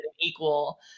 equal